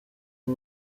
ari